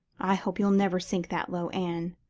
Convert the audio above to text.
i hope you'll never sink that low, anne.